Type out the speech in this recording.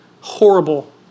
horrible